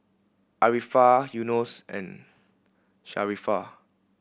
Arifa Yunos and Sharifah